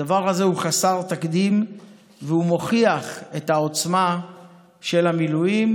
הדבר הזה הוא חסר תקדים והוא מוכיח את העוצמה של המילואים.